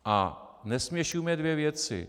A nesměšujme dvě věci.